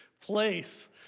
place